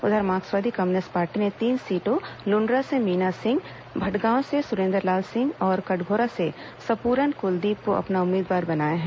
उधर मार्क्सवादी communist party ने तीन सीटों लुण्ड्रा से मीना सिंह भटगांव से सुरेन्द्र लाल सिंह और कटघोरा से सपूरन कुलदीप को अपना उम्मीदवार बनाया है